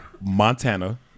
montana